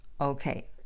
Okay